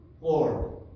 Lord